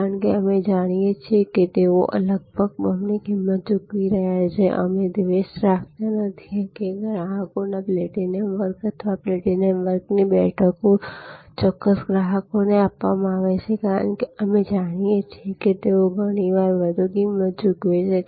કારણ કે અમે જાણીએ છીએ કે તેઓ લગભગ બમણી કિંમત ચૂકવી રહ્યા છે અથવા અમે દ્વેષ રાખતા નથી કે ગ્રાહકોના પ્લેટિનમ વર્ગ અથવા પ્લેટિનમ વર્ગની બેઠકો ચોક્કસ ગ્રાહકોને આપવામાં આવે છે કારણ કે અમે જાણીએ છીએ કે તેઓ ઘણી વધારે કિંમત ચૂકવે છે